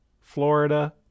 Florida